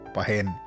Pahen